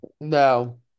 No